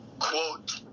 quote